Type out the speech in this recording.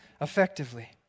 effectively